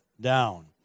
down